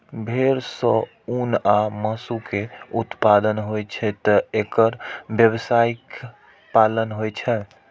भेड़ सं ऊन आ मासु के उत्पादन होइ छैं, तें एकर व्यावसायिक पालन होइ छै